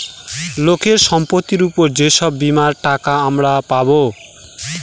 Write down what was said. লোকের সম্পত্তির উপর যে সব বীমার টাকা আমরা পাবো